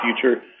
future